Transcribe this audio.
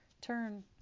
Turn